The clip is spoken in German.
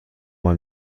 mal